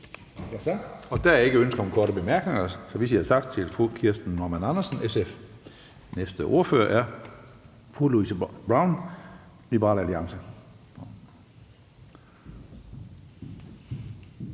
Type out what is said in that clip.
Der er ikke ønske om korte bemærkninger, så vi siger tak til fru Kirsten Normann Andersen, SF. Næste ordfører er fru Louise Brown, Liberal Alliance.